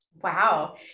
Wow